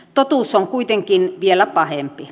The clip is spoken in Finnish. totuus on kuitenkin vielä pahempi